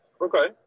Okay